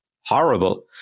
horrible